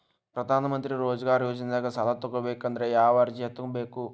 ಪ್ರಧಾನಮಂತ್ರಿ ರೋಜಗಾರ್ ಯೋಜನೆದಾಗ ಸಾಲ ತೊಗೋಬೇಕಂದ್ರ ಯಾವ ಅರ್ಜಿ ತುಂಬೇಕು?